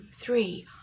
three